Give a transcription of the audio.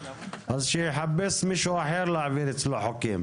אז שיחפש מישהו אחר להעביר אצלו חוקים,